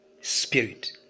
spirit